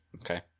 Okay